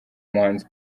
muhanzi